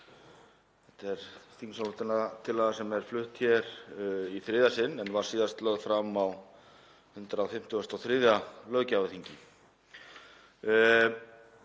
Þetta er þingsályktunartillaga sem er flutt hér í þriðja sinn en var síðast lögð fram á 153. löggjafarþingi.